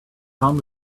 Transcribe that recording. found